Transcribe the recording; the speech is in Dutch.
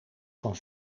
van